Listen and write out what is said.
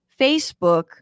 Facebook